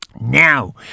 Now